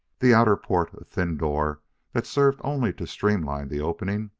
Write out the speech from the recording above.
the outer port, a thin door that served only to streamline the opening,